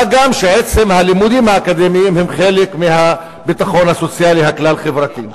מה גם שעצם הלימודים האקדמיים הם חלק מהביטחון הסוציאלי הכלל-חברתי.